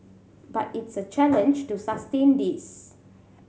but it is a challenge to sustain this